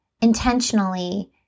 intentionally